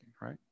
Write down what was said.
right